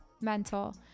mental